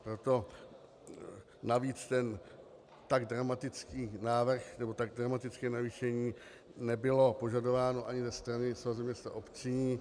Proto navíc ten tak dramatický návrh nebo tak dramatické navýšení nebylo požadováno ani ze strany Svazu měst a obcí.